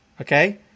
okay